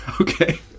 Okay